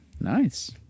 Nice